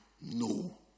no